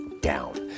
down